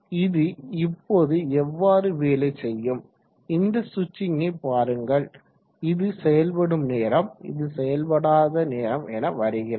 இது இப்போது எவ்வாறு வேலை செய்யும் இந்த ஸ்விட்சிங்கை பாருங்கள் இது செயல்படும் நேரம் இது செயல்படாத நேரம் என வருகிறது